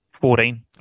Fourteen